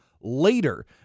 later